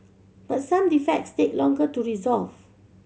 but some defects take longer to resolve